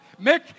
Mick